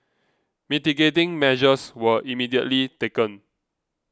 mitigating measures were immediately taken